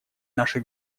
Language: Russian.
наши